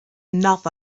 enough